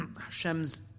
Hashem's